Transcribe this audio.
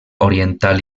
oriental